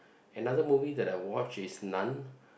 another movie that I watch is nun